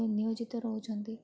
ନିୟୋଜିତ ରହୁଛନ୍ତି